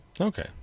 Okay